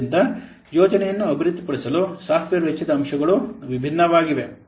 ಆದ್ದರಿಂದ ಯೋಜನೆಯನ್ನು ಅಭಿವೃದ್ಧಿಪಡಿಸಲು ಸಾಫ್ಟ್ವೇರ್ ವೆಚ್ಚದ ಅಂಶಗಳು ವಿಭಿನ್ನವಾಗಿವೆ